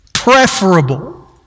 preferable